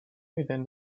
within